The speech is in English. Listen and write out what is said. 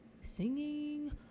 Singing